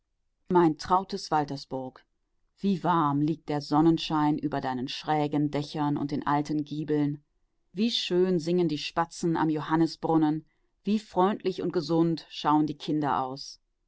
mein trautes waltersburg wie warm liegt der sonnenschein über deinen schrägen dächern und alten giebeln wie schön singen die spatzen am johannisbrunnen wie freundlich und gesund schauen die kinder aus